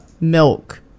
milk